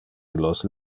illos